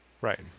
Right